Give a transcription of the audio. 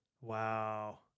Wow